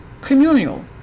communal